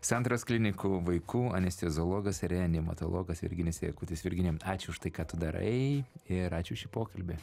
santaros klinikų vaikų anesteziologas reanimatologas virginijus jakutis virginijau ačiū už tai ką tu darai ir ačiū už šį pokalbį